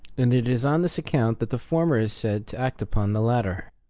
and it is on this account that the former is said to act upon the latter